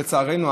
לצערנו,